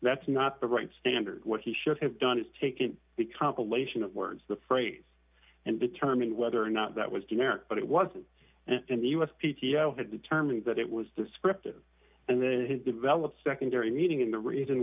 that's not the right standard what he should have done is taken the compilation of words the phrase and determine whether or not that was to america but it wasn't in the u s p t o had determined that it was descriptive and they developed a secondary meaning and the reason